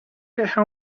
how